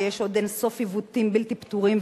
ויש עוד אין-סוף עיוותים בלתי פתורים,